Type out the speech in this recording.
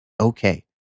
okay